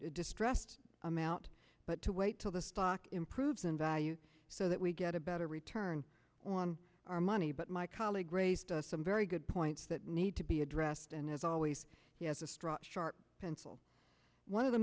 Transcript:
distressed amount but to wait till the stock improves in value so that we get a better return on our money but my colleague raised some very good points that need to be addressed and as always he has a strong sharp pencil one of the